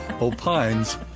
O'Pines